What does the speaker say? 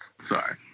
Sorry